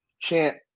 chant